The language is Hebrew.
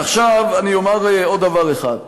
עכשיו אני אומר עוד דבר אחד.